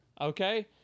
Okay